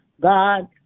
God